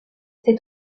cet